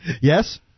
Yes